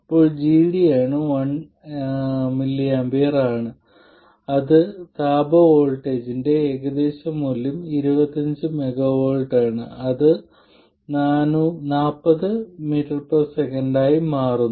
അപ്പോൾ gD 1mA ആണ് താപ വോൾട്ടേജിന്റെ ഏകദേശ മൂല്യം 25mV ആണ് അത് 40mS ആയി മാറുന്നു